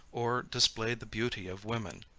or display the beauty of women.